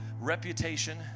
reputation